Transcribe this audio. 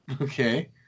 Okay